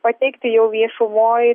pateikti jau viešumoj